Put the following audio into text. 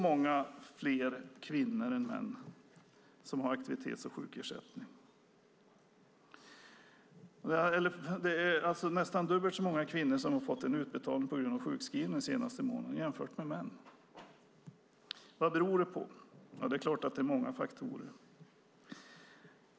Många fler kvinnor än män har aktivitets och sjukersättning. Det är nästan dubbelt så många kvinnor som har fått en utbetalning på grund av sjukskrivning den senaste månaden jämfört med män. Vad beror detta på? Det är klart att det är många faktorer.